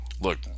look